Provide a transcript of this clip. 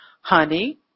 honey